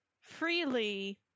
freely